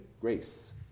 Grace